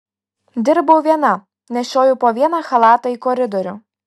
dirbau viena nešiojau po vieną chalatą į koridorių